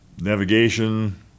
navigation